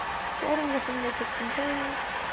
spreading the fingertips and toes